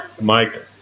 Mike